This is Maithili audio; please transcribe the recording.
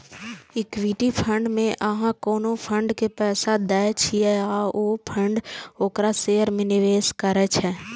इक्विटी फंड मे अहां कोनो फंड के पैसा दै छियै आ ओ फंड ओकरा शेयर मे निवेश करै छै